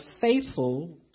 faithful